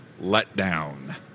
letdown